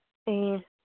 ꯑ